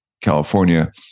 California